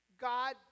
God